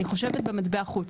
אני חושבת במטבע חוץ,